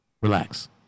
Relax